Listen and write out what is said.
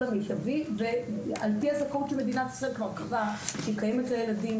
המיטבי על פי הזכאות שמדינת ישראל כבר קבעה שהיא קיימת לילדים.